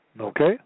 Okay